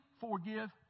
forgive